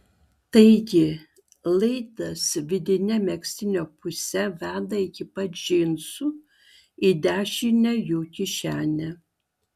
taigi laidas vidine megztinio puse veda iki pat džinsų į dešinę jų kišenę